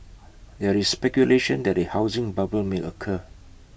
there is speculation that A housing bubble may occur